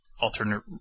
alternate